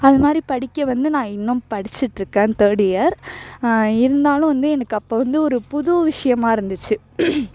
அதுமாதிரி படிக்க வந்து நான் இன்னும் படிச்சிட்டுருக்கேன் தேர்ட் இயர் இருந்தாலும் வந்து எனக்கு அப்போ வந்து ஒரு புது விஷயமா இருந்துச்சு